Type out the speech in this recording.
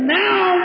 now